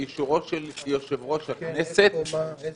באישורו של יושב-ראש הכנסת,